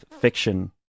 fiction